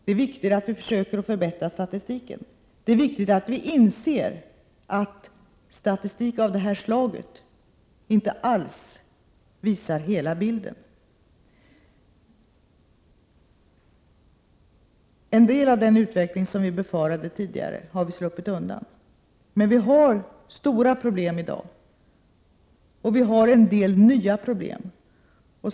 Det är viktigt att vi försöker förbättra statistiken. Det är också viktigt att vi inser att statistik av detta slag inte alls visar hela bilden. En del av den utveckling som vi tidigare befarade har vi undgått. Men vi har stora problem i dag. Vi har också fått en del nya problem.